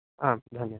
आं धन्यः